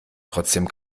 trotzdem